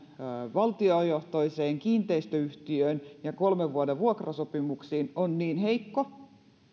valtiojohtoiseen kiinteistöyhtiöön ja kolmen vuoden vuokrasopimuksiin on niin heikko